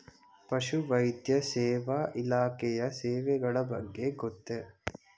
ಪಶುವೈದ್ಯ ಸೇವಾ ಇಲಾಖೆಯ ಸೇವೆಗಳ ಬಗ್ಗೆ ಗೊತ್ತೇ?